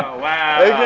wow.